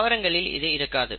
தாவரங்களில் இது இருக்காது